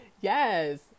Yes